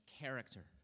character